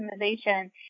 optimization